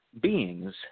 beings